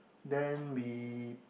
then we